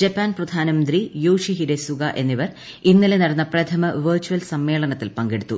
Japan പ്രധാനമന്ത്രി Yoshihide Suga എന്നിവർ ഇന്നലെ നടന്ന പ്രഥമ വെർചൽ സമ്മേളനത്തിൽ പങ്കെടുത്തു